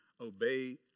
obey